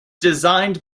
designed